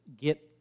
get